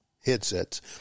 headsets